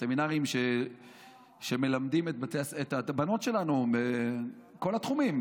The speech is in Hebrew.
הסמינרים שמלמדים את הבנות שלנו בכל התחומים,